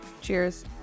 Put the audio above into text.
Cheers